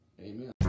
Amen